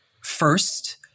First